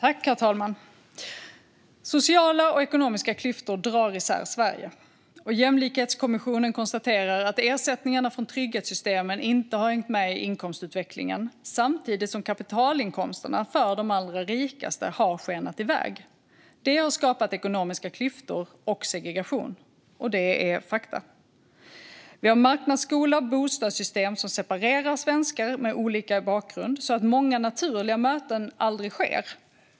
Herr talman! Sociala och ekonomiska klyftor drar isär Sverige, och jämlikhetskommissionen konstaterar att ersättningarna från trygghetssystemen inte har hängt med i inkomstutvecklingen samtidigt som kapitalinkomsterna för de allra rikaste har skenat iväg. Det har skapat ekonomiska klyftor och segregation. Det är fakta. Vi har marknadsskola och bostadssystem som separerar svenskar med olika bakgrund så att många naturliga möten aldrig sker.